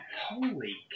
holy